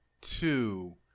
two